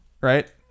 right